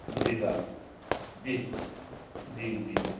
जी साहब जी जी जी